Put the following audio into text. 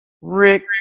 Rick